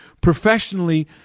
professionally